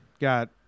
got